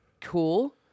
cool